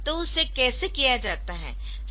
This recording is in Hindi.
तो उसे कैसे किया जाता है